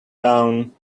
down